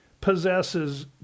possesses